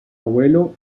abuelo